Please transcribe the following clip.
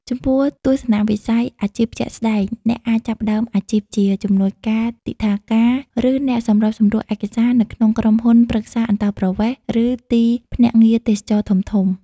ចំពោះ ទស្សនវិស័យអាជីពជាក់ស្តែង អ្នកអាចចាប់ផ្តើមអាជីពជា ជំនួយការទិដ្ឋាការ ឬអ្នកសម្របសម្រួលឯកសារនៅក្នុងក្រុមហ៊ុនប្រឹក្សាអន្តោប្រវេសន៍ ឬទីភ្នាក់ងារទេសចរណ៍ធំៗ។